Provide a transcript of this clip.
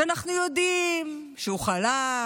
שאנחנו אנחנו יודעים שהוא חלש,